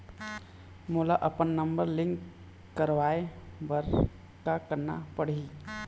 मोला अपन number link करवाये बर का करना पड़ही?